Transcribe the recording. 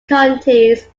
counties